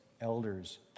elders